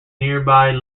nearby